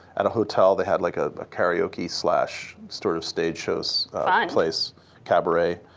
at a hotel. they had like ah a karaoke slash sort of stage shows place cabaret.